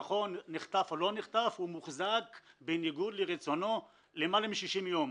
נחטף או לא נחטף הוא מוחזק בניגוד לרצונו למעלה מ-60 יום.